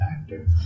actor